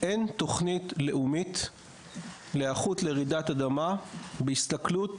אין תוכנית לאומית להיערכות לרעידת אדמה בהסתכלות